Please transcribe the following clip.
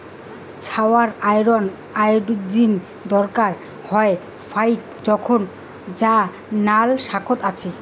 ছাওয়ার iron, iodine দরকার হয় ফাইক জোখন যা নাল শাকত আছি